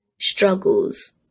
struggles